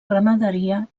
ramaderia